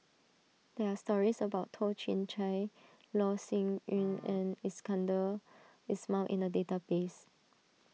there are stories about Toh Chin Chye Loh Sin Yun and Iskandar Ismail in the database